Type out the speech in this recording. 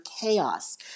chaos